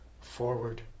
forward